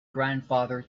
grandfather